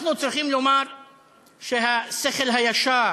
אנחנו צריכים לומר שהשכל הישר,